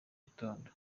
gitondo